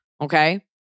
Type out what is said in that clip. okay